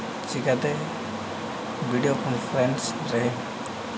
ᱪᱤᱠᱟᱹᱛᱮ video conference ᱨᱮ